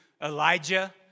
Elijah